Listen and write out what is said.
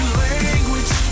language